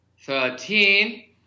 thirteen